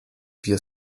wir